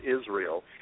Israel